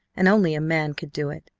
and only a man could do it.